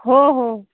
हो हो